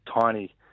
tiny